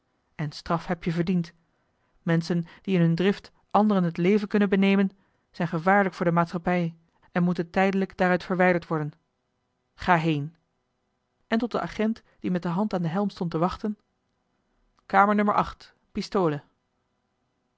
en straf heb je verdiend menschen die in hun drift anderen het leven kunnen benemen zijn gevaarlijk voor de maatschappij en moeten tijdelijk daaruit verwijderd worden ga heen en tot den agent die met de hand aan den helm stond te wachten kamer no